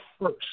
first